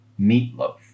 meatloaf